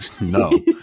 No